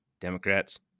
Democrats